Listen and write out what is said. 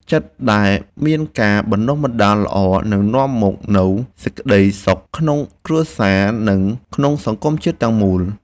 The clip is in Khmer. ចិត្តដែលមានការបណ្តុះបណ្តាលល្អនឹងនាំមកនូវសេចក្តីសុខក្នុងគ្រួសារ និង ក្នុងសង្គមជាតិទាំងមូល។